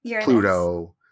Pluto